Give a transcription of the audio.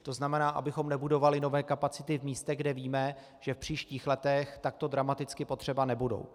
To znamená, abychom nebudovali nové kapacity v místech, kde víme, že v příštích letech takto dramaticky potřeba nebudou.